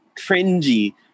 cringy